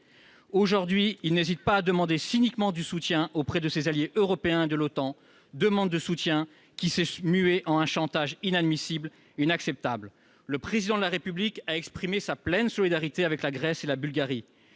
Aujourd'hui, il n'hésite pas à demander cyniquement du soutien à ses alliés européens et à l'OTAN, une demande de soutien qui s'est muée en un chantage inadmissible et inacceptable. Le Président de la République a exprimé sa pleine solidarité avec la Grèce et la Bulgarie